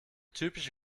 typische